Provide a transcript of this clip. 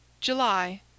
July